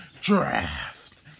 Draft